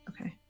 okay